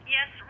Yes